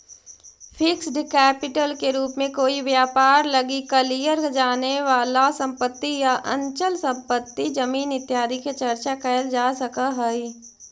fixed capital के रूप में कोई व्यापार लगी कलियर जाने वाला संपत्ति या अचल संपत्ति जमीन इत्यादि के चर्चा कैल जा सकऽ हई